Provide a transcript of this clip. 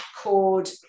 called